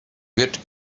wird